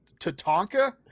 Tatanka